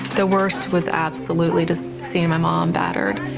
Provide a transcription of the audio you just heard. the worst was absolutely just seeing my mom battered.